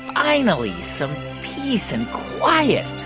finally some peace and quiet.